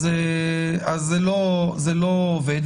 זה לא עובד,